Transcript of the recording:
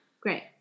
Great